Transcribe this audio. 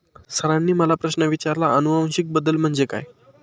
सरांनी मला प्रश्न विचारला आनुवंशिक बदल म्हणजे काय?